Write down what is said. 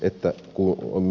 että kulku on